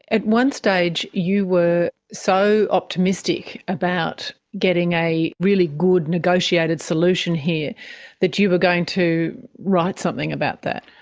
at one stage you were so optimistic about getting a really good negotiated solution here that you were going to write something about that.